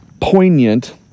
poignant